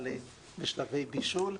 אבל היא בשלבי בישול,